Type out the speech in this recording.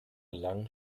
lang